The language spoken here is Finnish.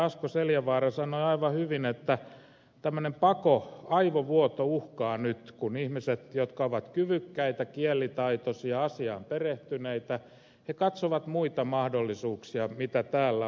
asko seljavaara sanoi aivan hyvin että tämmöinen pako aivovuoto uhkaa nyt kun ihmiset jotka ovat kyvykkäitä kielitaitoisia asiaan perehtyneitä katsovat muita mahdollisuuksia mitä täällä on